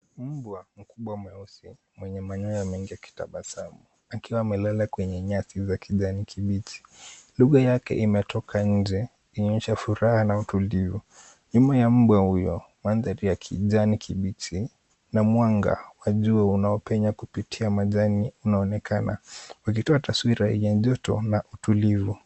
Mbwa mkubwa mweusi mwenye manyoya mengi akitabasamu akiwa amelala kwenye nyasi za kijani kibichi. Luga yake imetoka nje ikionyesha furaha na utulivu. Nyuma ya mbwa huyo mandari ya kijani kibichi na mwanga wa jua unaopenya kupitia kwa majani unaonekana ukitoa taswira yenye joto na utulivi.